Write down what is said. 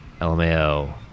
LMAO